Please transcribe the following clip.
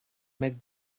mbeidh